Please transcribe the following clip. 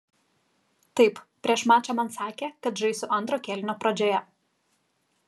taip prieš mačą man sakė kad žaisiu antro kėlinio pradžioje